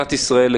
חריגות.